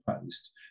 post